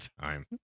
time